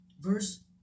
verse